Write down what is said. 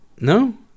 no